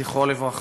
זכרו לברכה.